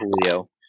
Julio